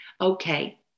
Okay